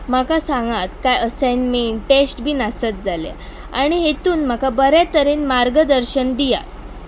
म्हाका सांगात कांय असायनमेंट टेस्ट बीन आसत जाल्यार आनी हातूंत म्हाका बऱ्या तरेन मार्गदर्शन दियात